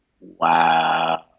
wow